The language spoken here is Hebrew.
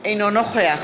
אינו נוכח